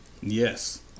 Yes